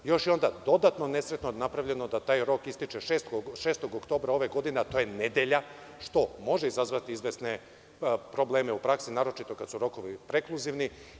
Još je onda dodatno napravljeno da taj rok ističe 6. oktobra ove godine, a to je nedelja, što može izazvati izvesne probleme u praksi, naročito kad su rokovi prekluzivni.